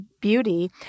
Beauty